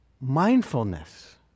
mindfulness